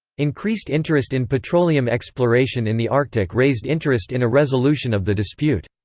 increased interest in petroleum exploration in the arctic raised interest in a resolution of the dispute.